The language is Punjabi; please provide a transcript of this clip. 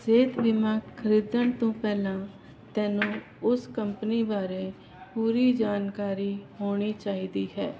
ਸਿਹਤ ਬੀਮਾ ਖਰੀਦਣ ਤੋਂ ਪਹਿਲਾਂ ਤੈਨੂੰ ਉਸ ਕੰਪਨੀ ਬਾਰੇ ਪੂਰੀ ਜਾਣਕਾਰੀ ਹੋਣੀ ਚਾਹੀਦੀ ਹੈ